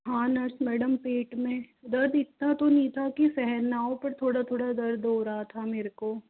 हाँ nurse madam पेट में दर्द इतना तो नहीं था कि सहन न हो पर थोड़ा थोड़ा दर्द हो रहा था मेरे को